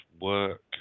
work